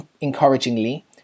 encouragingly